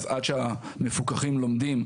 אז עד שהמפוקחים לומדים,